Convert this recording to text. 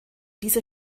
diese